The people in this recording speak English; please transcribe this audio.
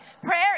Prayer